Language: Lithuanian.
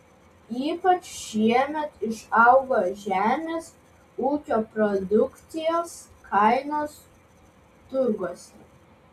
ypač šiemet išaugo žemės ūkio produkcijos kainos turguose